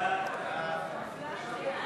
בעד, 46,